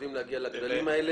ומקווים להגיע לכללים האלה.